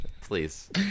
Please